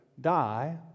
die